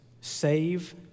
save